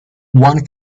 one